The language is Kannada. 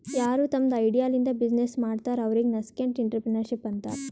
ಯಾರು ತಮ್ದು ಐಡಿಯಾ ಲಿಂತ ಬಿಸಿನ್ನೆಸ್ ಮಾಡ್ತಾರ ಅವ್ರಿಗ ನಸ್ಕೆಂಟ್ಇಂಟರಪ್ರೆನರ್ಶಿಪ್ ಅಂತಾರ್